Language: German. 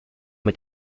mit